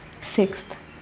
Sixth